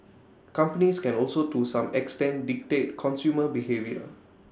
companies can also to some extent dictate consumer behaviour